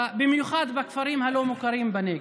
במיוחד בכפרים הלא-מוכרים בנגב,